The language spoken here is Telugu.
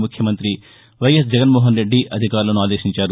ముఖ్యమంతి వైఎస్ జగన్మోహన్ రెడ్డి అధికారులను ఆదేశించారు